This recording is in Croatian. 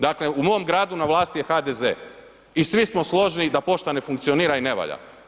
Dakle, u mom gradu na vlasti je HDZ i svi smo složni da pošta ne funkcionira i ne valja.